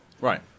Right